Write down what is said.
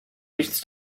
nichts